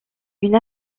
une